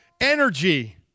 energy